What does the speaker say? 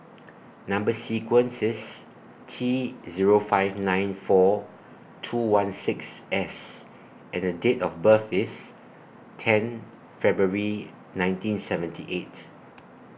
Number sequence IS T Zero five nine four two one six S and Date of birth IS ten February nineteen seventy eight